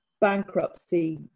bankruptcy